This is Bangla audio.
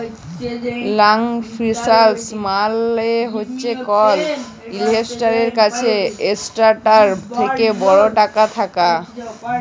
লং ফিল্যাল্স মালে হছে কল ইল্ভেস্টারের কাছে এসেটটার থ্যাকে বড় টাকা থ্যাকা